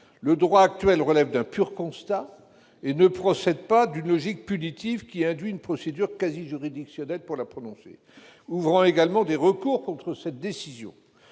Le droit actuel relève d'un pur constat et ne procède pas d'une logique punitive, qui induit une procédure quasi juridictionnelle pour la prononcer, ouvrant également des recours contre cette décision.